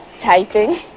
typing